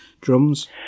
drums